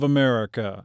America